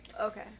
Okay